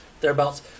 thereabouts